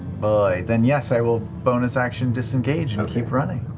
boy. then yes, i will bonus action disengage and keep running.